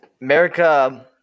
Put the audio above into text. America